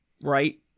right